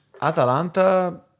Atalanta